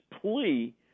plea